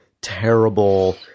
terrible